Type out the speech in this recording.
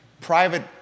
Private